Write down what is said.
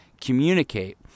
communicate